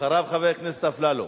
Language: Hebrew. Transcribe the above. אחריו, חבר הכנסת אפללו.